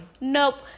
Nope